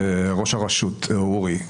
וראש הרשות אורי.